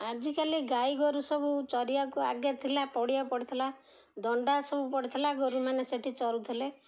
ଆଜିକାଲି ଗାଈ ଗୋରୁ ସବୁ ଚରିବାକୁ ଆଗେ ଥିଲା ପଡ଼ିିଆ ପଡ଼ିଥିଲା ଦଣ୍ଡା ସବୁ ପଡ଼ିଥିଲା ଗୋରୁ ମାନେ ସେଠି ଚରୁୁଥିଲେ